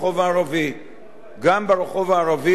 גם ברחוב הערבי בני-נוער,